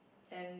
and